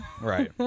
Right